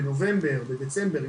בנובמבר או בדצמבר 2021,